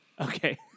Okay